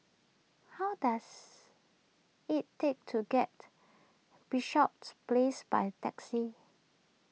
how does it take to get Bishops Place by taxi